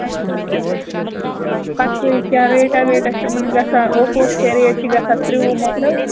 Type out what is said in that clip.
اچھا اچھا کیٛاہ ریٹا ویٹا چھِ أمَن گژھان اوپوَس کیٛاہ ریٹ چھِ گژھان ترٛوُہ ماڈَل